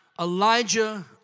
Elijah